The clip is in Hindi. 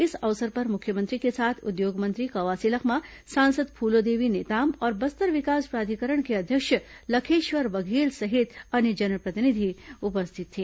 इस अवसर पर मुख्यमंत्री के साथ उद्योग मंत्री कवासी लखमा सांसद फूलोदेवी नेताम और बस्तर विकास प्राधिकरण के अध्यक्ष लखेश्वर बघेल सहित अन्य जनप्रतिनिधि उपस्थित थे